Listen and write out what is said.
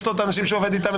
יש את האנשים שהוא עובד איתם,